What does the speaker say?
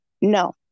No